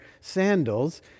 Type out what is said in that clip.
sandals